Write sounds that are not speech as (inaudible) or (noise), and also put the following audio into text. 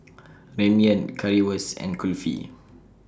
(noise) Ramyeon Currywurst and Kulfi